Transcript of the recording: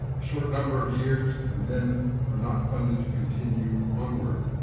short number of years, and then are not funded to continue onward.